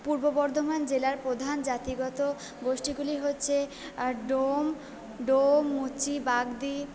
পূর্ব বর্ধমান জেলার প্রধান জাতিগত গোষ্ঠীগুলি হচ্ছে ডোম ডোম মুচি বাগদী